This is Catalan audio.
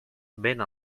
vent